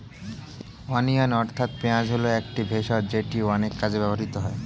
onion অর্থাৎ পেঁয়াজ হল একটি ভেষজ যেটি অনেক কাজে ব্যবহৃত হয়